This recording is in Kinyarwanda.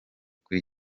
kuri